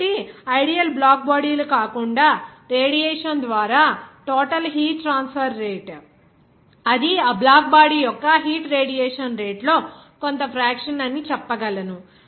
కాబట్టి ideal black body లు కాకుండా రేడియేషన్ ద్వారా టోటల్ హీట్ ట్రాన్స్ఫర్ రేటు అది ఆ బ్లాక్ బాడీ యొక్క హీట్ రేడియేషన్ రేటు లో కొంత ఫ్రాక్షన్ అని చెప్పగలను